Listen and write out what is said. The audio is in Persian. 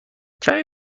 کمی